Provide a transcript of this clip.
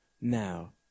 now